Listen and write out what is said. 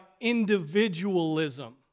individualism